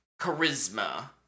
charisma